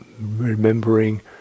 remembering